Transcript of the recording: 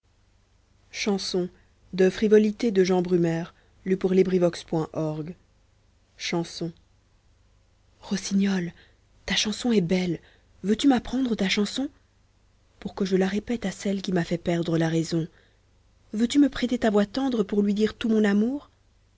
chanson rossignol ta chanson est belle veux-tu m'apprendre ta chanson pour que je la répète à celle qui m'a fait perdre la raison veux-tu me prêter ta voix tendre pour lui dire tout mon amour